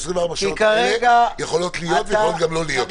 24 השעות האלה יכולות להיות ויכולות גם לא להיות לפי החוק.